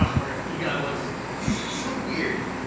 where egon looks. it's it's so weird.